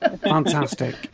Fantastic